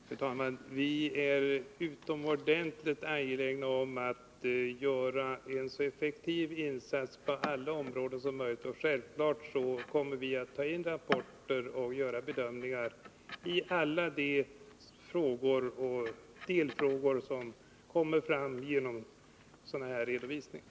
Fru talman! Vi är utomordentligt angelägna om att på alla områden göra en så effektiv insats som möjligt. Självfallet kommer vi att ta in rapporter och göra bedömningar i alla de delfrågor som uppstår vid sådana redovisningar.